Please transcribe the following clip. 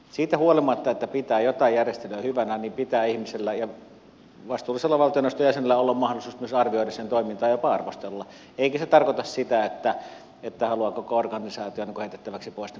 siitä huolimatta että pitää jotain järjestelyä hyvänä pitää ihmisellä ja vastuullisella valtioneuvoston jäsenellä olla mahdollisuus myös arvioida sen toimintaa jopa arvostella eikä se tarkoita sitä että haluaa koko organisaation heitettäväksi pois maailmankartalta